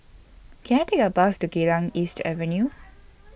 Can I Take A Bus to Geylang East Avenue